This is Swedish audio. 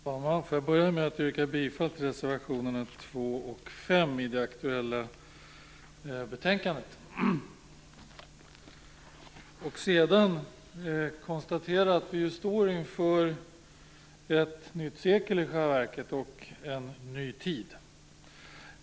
Fru talman! Jag börjar med att yrka bifall till reservationerna 2 och 5 i det aktuella betänkandet. Vi står inför ett nytt sekel och en ny tid.